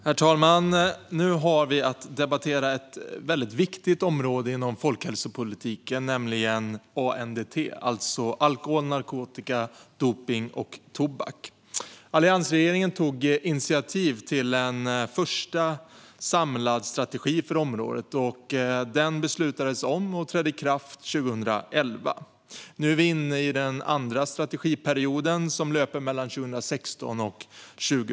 Herr talman! Nu har vi att debattera ett väldigt viktigt område inom folkhälsopolitiken - nämligen ANDT, alltså alkohol, narkotika, dopning och tobak. Alliansregeringen tog initiativ till en första samlad strategi för området, som beslutades om och trädde i kraft 2011. Nu är vi inne i den andra strategiperioden som löper mellan 2016 och 2020.